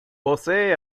posee